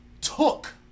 took